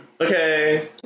okay